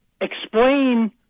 explain